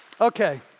Okay